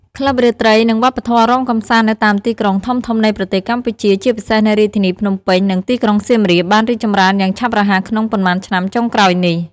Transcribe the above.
ក្លឹបរាត្រី និងវប្បធម៌រាំកម្សាននៅតាមទីក្រុងធំៗនៃប្រទេសកម្ពុជា ជាពិសេសនៅរាជធានីភ្នំពេញ និងទីក្រុងសៀមរាប បានរីកចម្រើនយ៉ាងឆាប់រហ័សក្នុងប៉ុន្មានឆ្នាំចុងក្រោយនេះ។